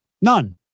none